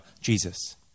Jesus